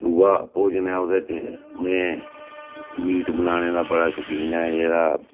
दूआ भोजन ऐ ओह्दे च में मीट बनाने दा बड़ा शौंकीन ऐ जेह्ड़ा